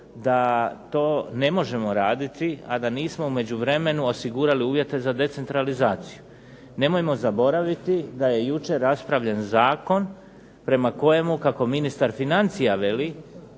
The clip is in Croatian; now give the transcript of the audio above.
da to ne možemo raditi, a da nismo u međuvremenu osigurali uvjete za decentralizaciju. Nemojmo zaboraviti da je jučer raspravljen zakon prema kojemu kako ministar financija veli